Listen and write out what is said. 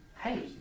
hey